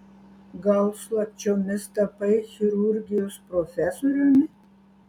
gal slapčiomis tapai chirurgijos profesoriumi